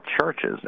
churches